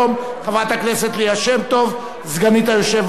חברת הכנסת ליה שמטוב, סגנית היושב-ראש.